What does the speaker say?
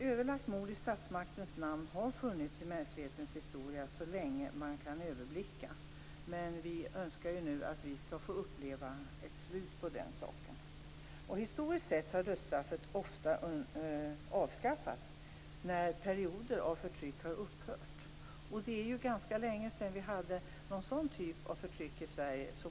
Överlagt mord i statsmaktens namn har funnits i mänsklighetens historia så länge man kan överblicka, men vi önskar nu att vi skall få uppleva ett slut på den saken. Historiskt sett har dödsstraffet ofta avskaffats när perioder av förtryck har upphört. Det är ju ganska länge sedan vi hade ett sådant förtryck i Sverige.